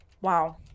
wow